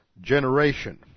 generation